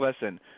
listen